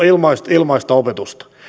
ilmaista ilmaista opetusta